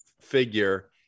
figure